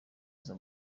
aza